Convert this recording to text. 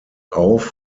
auf